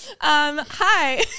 Hi